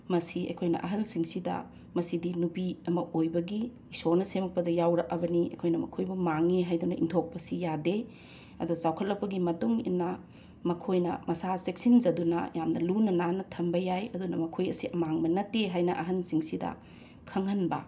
ꯃꯁꯤ ꯑꯩꯈꯣꯏꯅ ꯑꯍꯜꯁꯤꯡꯁꯤꯗ ꯃꯁꯤꯗꯤ ꯅꯨꯄꯤ ꯑꯃ ꯑꯣꯏꯕꯒꯤ ꯏꯁꯣꯔꯅ ꯁꯦꯝꯃꯛꯄꯗ ꯌꯥꯎꯔꯛꯂꯕꯅꯤ ꯑꯩꯈꯣꯏꯅ ꯃꯈꯣꯏꯕꯨ ꯃꯥꯡꯉꯤ ꯍꯥꯏꯗꯨꯅ ꯏꯟꯊꯣꯛꯄꯁꯤ ꯌꯥꯗꯦ ꯑꯗꯣ ꯆꯥꯎꯈꯠꯂꯛꯄꯒꯤ ꯃꯇꯨꯡ ꯏꯟꯅ ꯃꯈꯣꯏꯅ ꯃꯁꯥ ꯆꯦꯛꯁꯤꯟꯖꯗꯨꯅ ꯌꯥꯝꯅ ꯂꯨꯅ ꯅꯥꯟꯅ ꯊꯝꯕ ꯌꯥꯏ ꯑꯗꯨꯅ ꯃꯈꯣꯏ ꯑꯁꯦ ꯑꯃꯥꯡꯕ ꯅꯠꯇꯦ ꯍꯥꯏꯅ ꯑꯍꯟꯁꯤꯡꯁꯤꯗ ꯈꯪꯍꯟꯕ